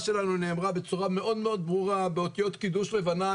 שלנו נאמרה בצורה מאוד מאוד ברורה באותיות קידוש לבנה,